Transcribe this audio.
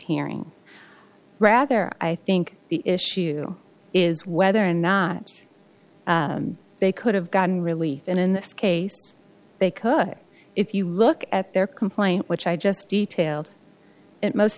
hearing rather i think the issue is whether or not they could have gotten relief in in this case because if you look at their complaint which i just detailed it most